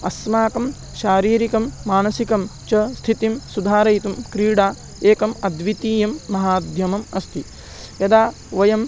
अस्माकं शारीरिकं मानसिकं च स्थितिं सुधारयितुं क्रीडा एकम् अद्वितीयं माध्यमम् अस्ति यदा वयम्